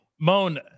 Moan